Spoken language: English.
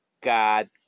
God